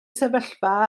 sefyllfa